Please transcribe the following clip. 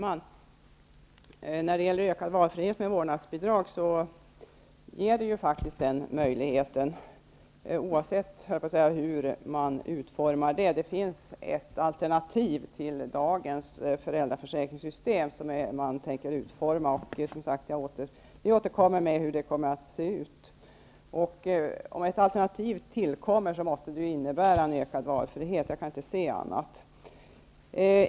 Herr talman! Ett vårdnadsbidrag ger ju faktiskt ökad valfrihet oavsett hur man utformar det. Det kommer att utformas ett alternativ till dagens föräldraförsäkringssystem, och vi återkommer som sagt till hur det skall se ut. Om ett alternativ tillkommer måste det ju innebära en ökad valfrihet -- jag kan inte se annat.